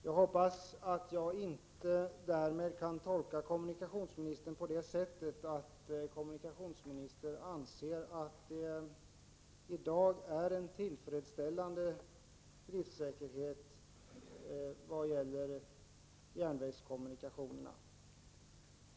Jag hoppas att jag inte därmed skall tolka kommunikationsministern på det sättet att han anser att det i dag är en tillfredsställande driftsäkerhet vad gäller järnvägskommunikationerna.